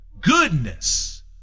goodness